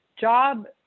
job